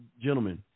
gentlemen